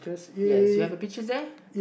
yes you have a peaches there